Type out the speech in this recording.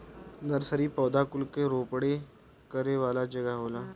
nursery पौधा कुल के रोपण करे वाला जगह होला